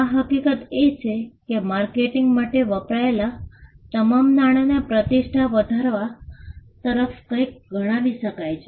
આ હકીકત એ છે કે માર્કેટિંગ માટે વપરાયેલ તમામ નાણાંને પ્રતિષ્ઠા વધારવા તરફ કંઈક ગણાવી શકાય છે